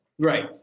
Right